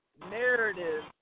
narrative